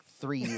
three